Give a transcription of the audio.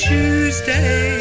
Tuesday